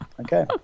Okay